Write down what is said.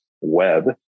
web